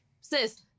sis